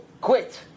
quit